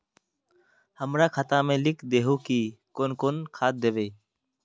हमरा खाता में लिख दहु की कौन कौन खाद दबे?